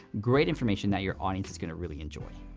great information that your audience is gonna really enjoy.